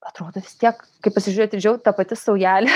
atrodo vis tiek kai pasižiūri atidžiau ta pati saujelė